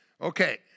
Okay